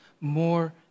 more